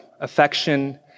affection